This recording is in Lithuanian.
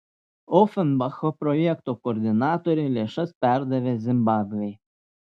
ofenbacho projekto koordinatorė lėšas perdavė zimbabvei